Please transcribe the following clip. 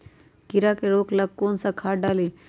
कीड़ा के रोक ला कौन सा खाद्य डाली?